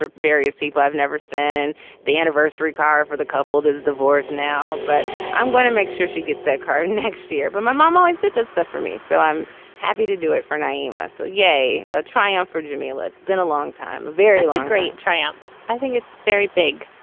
various people i've never seen and the anniversary car for the couple. there's divorce now, but i'm going to make sure she gets that car next year but my mama is that that's that for me. so i'm happy to do it for naima. so yay! a triumph for jimmy. it's been a long time. a very like great triumph. i think it's very big,